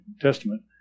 Testament